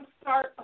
start